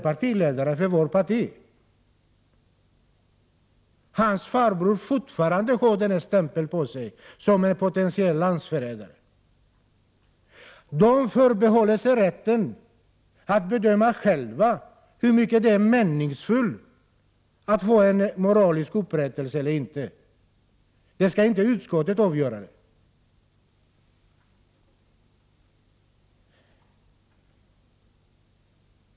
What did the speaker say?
Hans farbror har fortfarande stämpeln på sig att vara en potentiell landsförrädare. De personer som det gäller förbehåller sig rätten att själva bedöma hur meningsfullt det är att få moralisk upprättelse eller inte. Det skall inte utskottet avgöra.